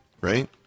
right